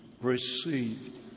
received